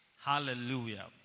Hallelujah